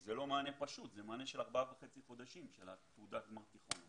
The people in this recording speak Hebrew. זה לא מענה פשוט אלא זה מענה של ארבעה וחצי חודשים של תעודת גמר תיכון.